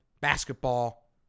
basketball